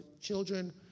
children